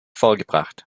vorgebracht